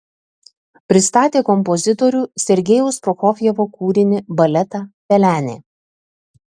pristatė kompozitorių sergejaus prokofjevo kūrinį baletą pelenė